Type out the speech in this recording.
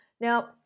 Now